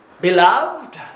Beloved